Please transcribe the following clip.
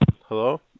Hello